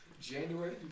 January